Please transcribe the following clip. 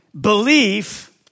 Belief